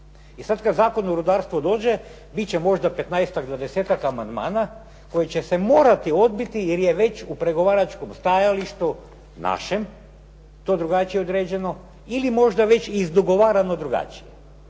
I sad kad Zakon o rudarstvu dođe, biti će možda petnaestak, dvadesetak amandmana koji će se morati odbiti jer je već u pregovaračkom stajalištu, našem, to drugačije određeno, ili možda već i izdogovarano drugačije.